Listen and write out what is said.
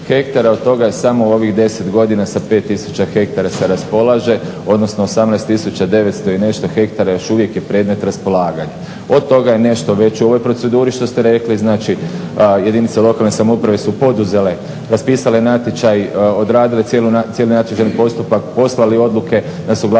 od toga je samo ovih 10 godina sa 5000 hektara se raspolaže, odnosno 18900 i nešto hektara još uvijek je predmet raspolaganja. Od toga je nešto već u ovoj proceduri što ste rekli, znači jedinice lokalne samouprave su poduzele, raspisale natječaj, odradile cijeli natječajni postupak, poslali odluke na suglasnost